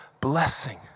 blessing